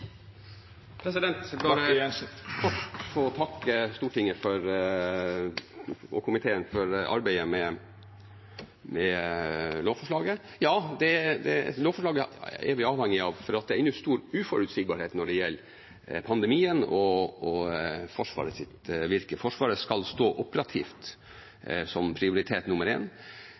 Jeg vil bare få takke Stortinget og komiteen for arbeidet med lovforslaget. Ja, lovforslaget er vi avhengig av fordi det ennå er stor uforutsigbarhet når det gjelder pandemien og Forsvarets virke. Forsvaret skal stå operativt som prioritet nummer